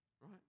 Right